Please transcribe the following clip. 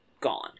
gone